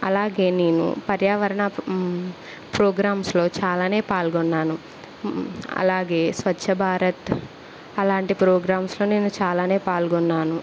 అలాగే నేను పర్యావరణ ప్రోగ్రామ్స్లో చాలానే పాల్గొన్నాను అలాగే స్వచ్ఛభారత్ అలాంటి ప్రోగ్రామ్స్లో నేను చాలానే పాల్గొన్నాను